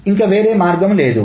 ఇంక వేరే మార్గం లేదు